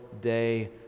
day